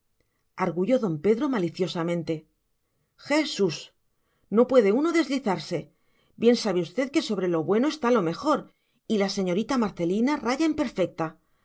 lo necesitan arguyó don pedro maliciosamente jesús no puede uno deslizarse bien sabe usted que sobre lo bueno está lo mejor y la señorita marcelina raya en perfecta